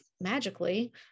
magically